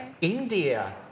India